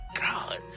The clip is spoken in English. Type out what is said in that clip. god